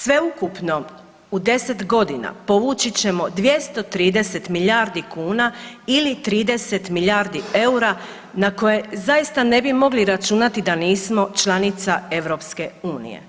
Sveukupno u 10 godina povući ćemo 230 milijardi kuna ili 30 milijardi eura na koje zaista ne bi mogli računati da nismo članica EU.